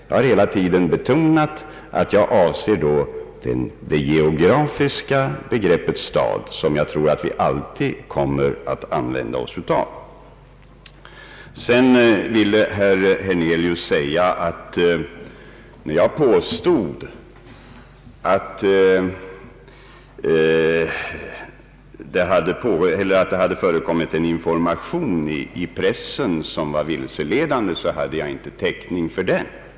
Jag har hela tiden betonat att jag avser det geografiska begreppet stad, som jag tror att vi alltid kommer att begagna oss av. Herr Hernelius gjorde gällande att jag hade påstått att informationen i pressen hade varit vilseledande, men att jag inte hade täckning för mitt påstående.